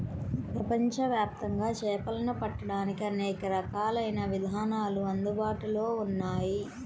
ప్రపంచవ్యాప్తంగా చేపలను పట్టడానికి అనేక రకాలైన విధానాలు అందుబాటులో ఉన్నాయి